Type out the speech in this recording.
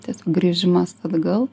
tas grįžimas atgal